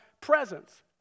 presence